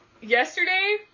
yesterday